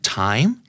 time